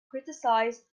criticized